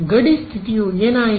ಗಡಿ ಸ್ಥಿತಿಯು ಏನಾಯಿತು